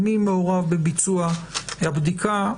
מי מעורב בביצוע הבדיקה,